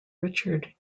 richard